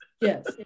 yes